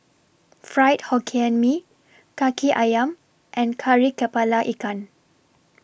Fried Hokkien Mee Kaki Ayam and Kari Kepala Ikan